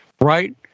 right